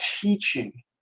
teaching